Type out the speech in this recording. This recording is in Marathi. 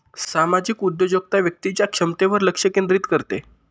सामाजिक उद्योजकता व्यक्तीच्या क्षमतेवर लक्ष केंद्रित करते